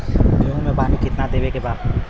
गेहूँ मे पानी कितनादेवे के बा?